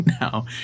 now